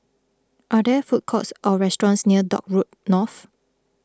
are there food courts or restaurants near Dock Road North